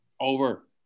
Over